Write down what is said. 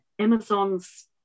Amazon's